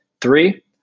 Three